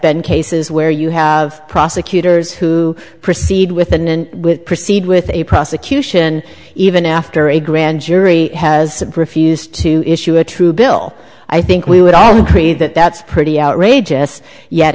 been cases where you have prosecutors who proceed within and proceed with a prosecution even after a grand jury has refused to issue a true bill i think we would all agree that that's pretty outrageous yet